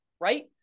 right